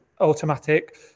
automatic